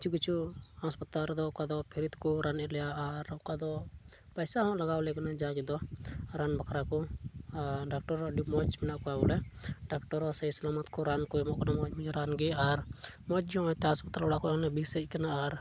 ᱠᱤᱪᱷᱩ ᱠᱤᱪᱷᱩᱦᱟᱥᱯᱟᱛᱟᱞ ᱨᱮᱫᱚ ᱚᱠᱟ ᱫᱚ ᱯᱷᱨᱤ ᱛᱮᱠᱚ ᱨᱟᱱᱮᱜ ᱞᱮᱭᱟ ᱟᱨ ᱚᱠᱟ ᱫᱚ ᱯᱚᱭᱥᱟ ᱦᱚᱸ ᱞᱟᱜᱟᱣᱟᱞᱮ ᱠᱟᱱᱟ ᱡᱟᱜᱮ ᱫᱚ ᱨᱟᱱ ᱵᱟᱠᱷᱨᱟ ᱠᱚ ᱟᱨ ᱰᱟᱠᱴᱚᱨ ᱟᱹᱰᱤ ᱢᱚᱡᱽ ᱢᱮᱱᱟᱜ ᱠᱚᱣᱟ ᱵᱚᱞᱮ ᱰᱟᱠᱴᱚᱨ ᱦᱚᱸ ᱥᱟᱹᱦᱤ ᱥᱚᱦᱚᱢᱚᱛ ᱨᱟᱱ ᱠᱚ ᱮᱢᱚᱜ ᱠᱟᱱᱟ ᱨᱟᱱᱜᱮ ᱟᱨ ᱢᱚᱡᱽ ᱜᱮ ᱦᱟᱥᱯᱟᱛᱟᱞ ᱠᱷᱚᱱᱞᱮ ᱵᱮᱥ ᱦᱮᱡ ᱠᱟᱱᱟ ᱟᱨ